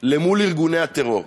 מול ארגוני הטרור.